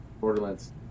Borderlands